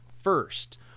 first